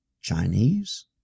Chinese